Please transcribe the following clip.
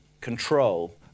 control